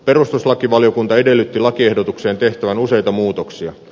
perustuslakivaliokunta edellytti lakiehdotukseen tehtävän useita muutoksia